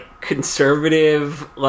conservative